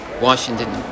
Washington